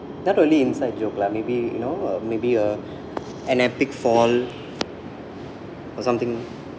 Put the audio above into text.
not only inside joke lah maybe you know uh maybe a an epic fall or something